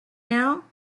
now